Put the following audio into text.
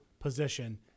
position